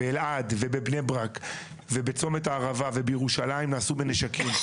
באלעד ובבני ברק ובצומת הערבה ובירושלים נעשו בנשקים.